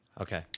Okay